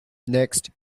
next